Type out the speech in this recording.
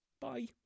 bye